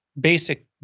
basic